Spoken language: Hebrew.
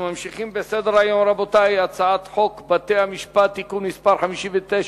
אנחנו ממשיכים בסדר-היום: הצעת חוק בתי-המשפט (תיקון מס' 59)